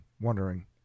wondering